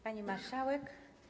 Pani Marszałek!